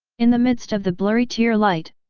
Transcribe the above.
in the midst of the blurry tear light,